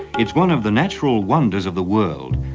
it's one of the natural wonders of the world.